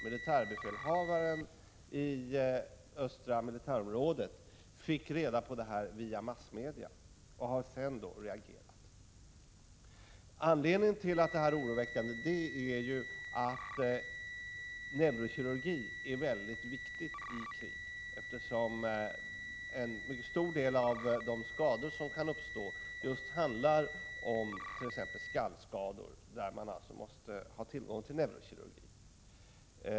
Militärbefälhavaren i östra militärområdet fick reda på detta via massmedia och har sedan reagerat. Anledningen till att detta är oroande är ju att neurokirurgin är mycket viktig i krig, eftersom en mycket stor del av de skador som kan uppstå just är t.ex. skallskador. Man måste alltså ha tillgång till neurokirurgi.